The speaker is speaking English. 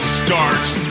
starts